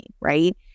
Right